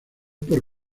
por